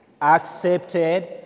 Accepted